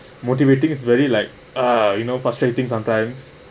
motivating it's very like !huh! you know frustrating sometimes